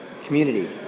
Community